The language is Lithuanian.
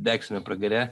degsime pragare